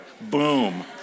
Boom